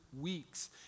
weeks